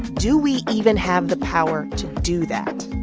do we even have the power to do that?